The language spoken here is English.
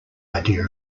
idea